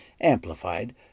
amplified